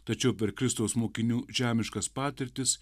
tačiau per kristaus mokinių žemiškas patirtis